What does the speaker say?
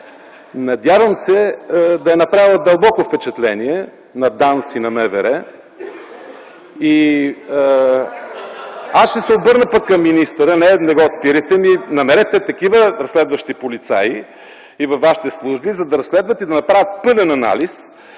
Надявам се, да е направила дълбоко впечатление на ДАНС и на МВР. Аз ще обърна към министъра, не го спирайте, а намерете такива разследващи полицаи и във вашите служби, за да разследват и да направят пълен анализ,